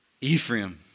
Ephraim